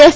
S